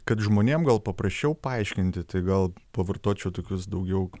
kad žmonėm gal paprasčiau paaiškinti tai gal pavartočiau tokius daugiau